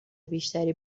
بیشتری